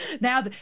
Now